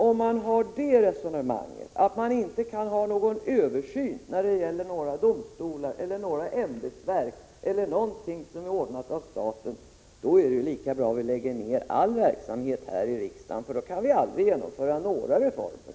Om man för det resonemanget, att man inte kan göra någon översyn när det gäller domstolar, ämbetsverk eller någonting annat som är anordnat av staten, är det lika bra att vi lägger ner all verksamhet här i riksdagen, för då kan vi aldrig genomföra några reformer!